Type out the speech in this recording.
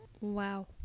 wow